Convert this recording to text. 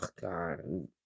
God